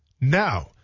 Now